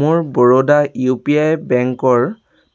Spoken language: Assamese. মোৰ বৰোডা ইউ পি আই বেংকৰ